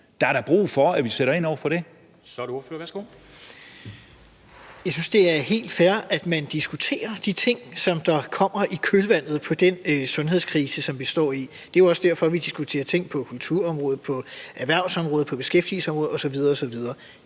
Så er det ordføreren. Værsgo. Kl. 11:01 Simon Emil Ammitzbøll-Bille (UFG): Jeg synes, det er helt fair, at man diskuterer de ting, som kommer i kølvandet på den sundhedskrise, som vi står i. Det er jo også derfor, vi diskuterer ting på kulturområdet, på erhvervsområdet, på beskæftigelsesområdet osv. osv.